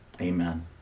amen